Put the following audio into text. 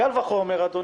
קל וחומר, אדוני,